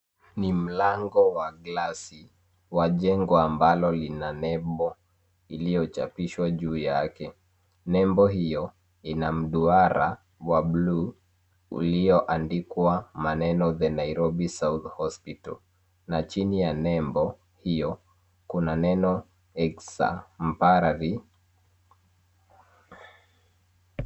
Ni mlango wa glasi wa jengo ambalo lina nebo iliyochapishwa juu yake. Nebo hiyo ina mduara wa blue uliandikwa maneno, The Nairobi South Hospital, na chini ya nebo hiyo, kuna neno examparathy.